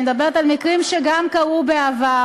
אני מדברת גם על מקרים שקרו בעבר,